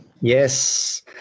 Yes